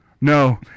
No